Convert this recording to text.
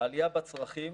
העלייה בצרכים,